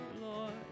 lord